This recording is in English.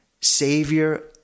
Savior